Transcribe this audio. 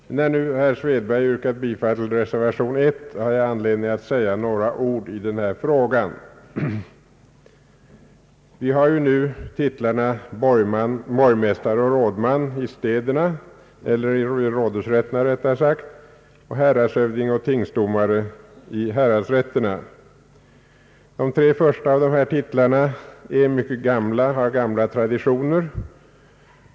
När nu herr Erik Svedberg har yrkat bifall till reservation 1 vill jag säga några ord i denna fråga. Vi har nu titlarna borgmästare och rådman i rådhusrätterna, häradshövding och tingsdomare vid häradsrätterna. De tre första av dessa titlar är mycket gamla och har mycket gamla traditioner.